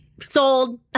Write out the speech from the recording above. sold